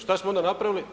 Što smo onda napravili?